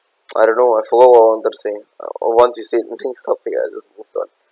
I don't know I forgot what I wanted to say uh or once you said next topic I just moved on